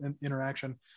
interaction